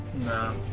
No